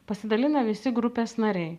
pasidalina visi grupės nariai